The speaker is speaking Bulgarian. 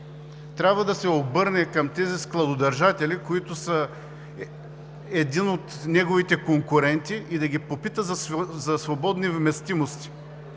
трябва да се обърне към тези складодържатели, които са един от неговите конкуренти, и да ги попита за свободни вместимости.